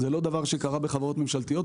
זה לא דבר שקרה בחברות ממשלתיות.